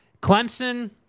Clemson